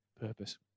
purpose